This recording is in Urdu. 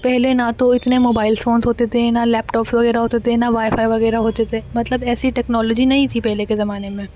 پہلے نہ تو اتنا مبائلس فونس ہوتے تھے نہ لیپ ٹاپس وغیرہ ہوتے تھے نہ وائی فائی وغیرہ ہوتے تھے مطلب ایسی ٹیکنالوجی نہیں تھی پہلے کے زمانے میں